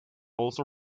also